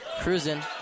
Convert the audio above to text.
Cruising